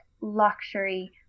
luxury